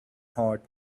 hard